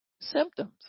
Symptoms